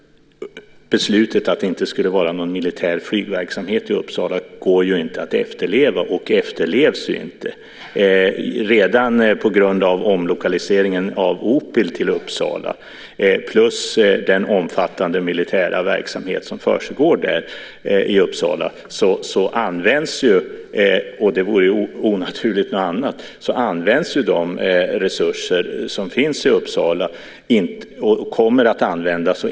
Beslutet att det inte skulle vara någon militär flygverksamhet i Uppsala går inte att efterleva och efterlevs inte, redan på grund av omlokaliseringen av OPIL till Uppsala plus den omfattande militära verksamhet som försiggår där. De resurser som finns i Uppsala används och kommer att användas, inte bara i beredskapslägen.